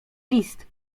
list